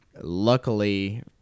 luckily